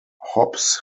hops